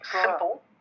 simple